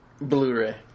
Blu-ray